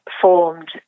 formed